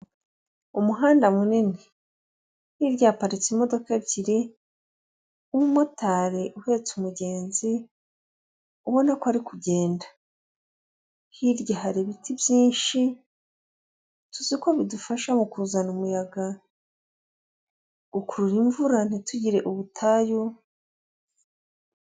Umuhanda munini hirya haparitse imodoka ebyiri n'umumotari uhetse umugenzi ubona ko ari kugenda, hirya hari ibiti byinshi tuziko bidufasha mu kuzana umuyaga, gukurura imvura ntitugire ubutayu.